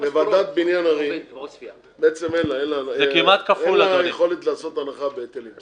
בוועדת בניין ערים בעצם אין לה יכולת לעשות הנחה בהיטלים.